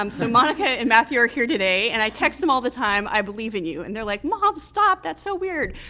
um so monica and matthew are here today, and i text them all the time i believe in you. and they're like mom, stop! that's so weird.